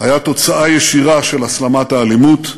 היה תוצאה ישירה של הסלמת האלימות,